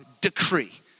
decree